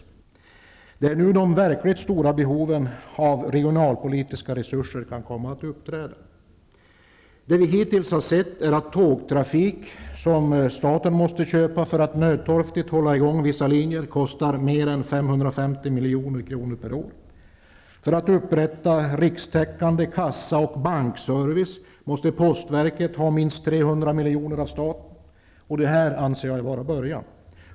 Det är nu de verkligt stora behoven av regionalpolitiska resurser kan komma att uppträda. Det vi hittills sett är att tågtrafik som staten måste köpa för att nödtorftigt hålla i gång vissa linjer kostar mer än 550 milj.kr. per år. För att upprätthålla rikstäckande kassaoch bankservice måste postverket ha minst 300 miljoner av staten. Jag anser att detta bara är en början.